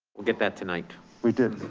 we'll get that tonight. we did.